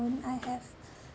I have